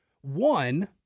One